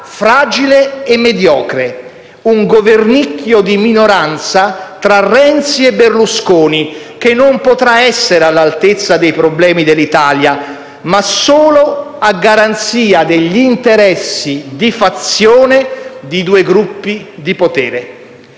fragile e mediocre; un governicchio di minoranza tra Renzi e Berlusconi, che non potrà essere all'altezza dei problemi dell'Italia, ma solo a garanzia degli interessi di fazione di due gruppi di potere.